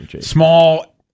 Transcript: Small